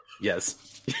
Yes